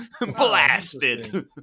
Blasted